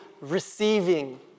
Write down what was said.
receiving